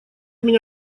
меня